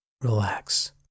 relax